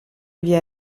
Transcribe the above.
via